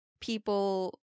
people